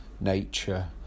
nature